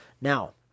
Now